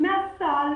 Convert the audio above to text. מהסל,